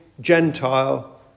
Gentile